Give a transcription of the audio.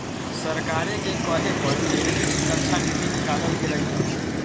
सरकारे के कहे पर क्रेडिट सुरक्षा नीति निकालल गेलई ह